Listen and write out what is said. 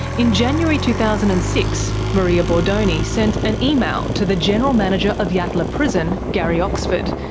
in january two thousand and six, maria bordoni sent an email to the general manager of yatala prison, gary oxford,